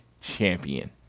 champion